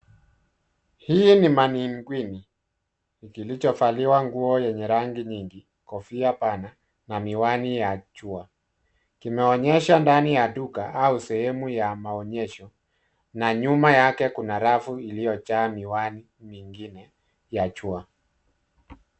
Hili ni mannequini kilichovaliwa nguo yenye rangi nyingi. Kofia pana na miwani ya jua. Kinaonyesha ndani ya duka au sehemu ya maonyesho, na nyuma yake kuna rafu iliyojaa miwani mingine ya jua.